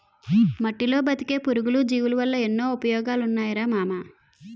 మట్టిలో బతికే పురుగులు, జీవులవల్ల ఎన్నో ఉపయోగాలున్నాయిరా మామా